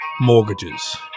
mortgages